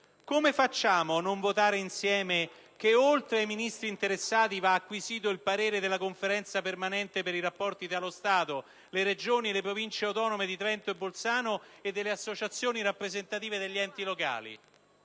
di far sì che, oltre a quello dei Ministri interessati, vada acquisito il parere della Conferenza permanente per i rapporti tra lo Stato, le Regioni e le Province autonome di Trento e Bolzano e delle associazioni rappresentative degli enti locali?